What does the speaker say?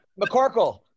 McCorkle